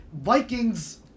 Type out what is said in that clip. Vikings